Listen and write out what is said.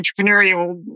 entrepreneurial